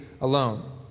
Alone